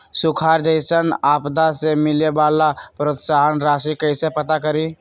सुखार जैसन आपदा से मिले वाला प्रोत्साहन राशि कईसे प्राप्त करी?